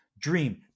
dream